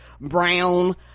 brown